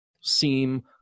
seem